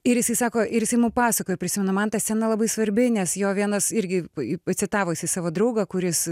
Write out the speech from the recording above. ir jisai sako ir jisai mum pasakojo prisimenu man ta scena labai svarbi nes jo vienas irgi pacitavo jisai savo draugą kuris